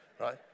right